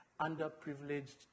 underprivileged